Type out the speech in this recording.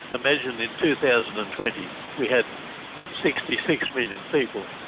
imagine in two thousand and twenty we had sixty six million people,